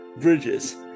bridges